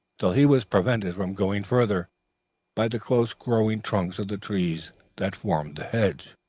till he was prevented from going farther by the close growing trunks of the trees that formed the hedge.